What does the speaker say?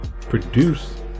produce